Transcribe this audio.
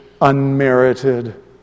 unmerited